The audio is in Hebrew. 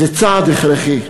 זה צעד הכרחי,